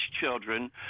children